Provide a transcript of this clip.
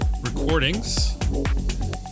recordings